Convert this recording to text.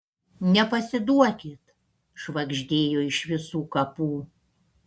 nepasiduokit švagždėjo iš visų kapų